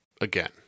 again